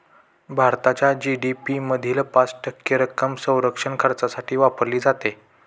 भारताच्या जी.डी.पी मधील पाच टक्के रक्कम संरक्षण खर्चासाठी वापरली जाते